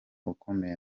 ukomeye